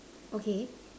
okay